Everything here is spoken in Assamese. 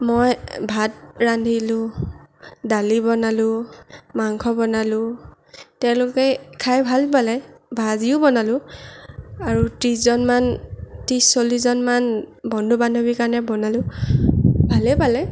মই ভাত ৰান্ধিলোঁ দালি বনালোঁ মাংস বনালোঁ তেওঁলোকে খাই ভাল পালে ভাজিও বনালোঁ আৰু ত্ৰিছজনমান ত্ৰিছ চল্লিছজনমান বন্ধু বান্ধৱীৰ কাৰণে বনালোঁ ভালেই পালে